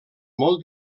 molt